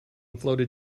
floated